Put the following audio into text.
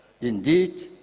Indeed